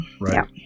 right